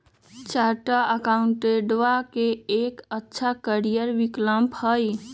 chartered अकाउंटेंटवा के एक अच्छा करियर विकल्प हई